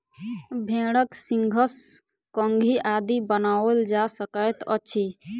भेंड़क सींगसँ कंघी आदि बनाओल जा सकैत अछि